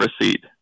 receipt